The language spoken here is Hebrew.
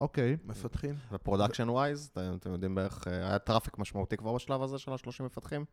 אוקיי, מפתחים. ופרודקשן וויז, אתם יודעים בערך, היה טראפיק משמעותי כבר בשלב הזה של השלושים מפתחים.